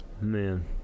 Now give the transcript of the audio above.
Man